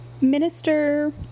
Minister